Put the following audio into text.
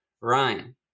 Ryan